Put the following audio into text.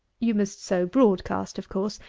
you must sow broad cast, of course,